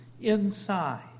inside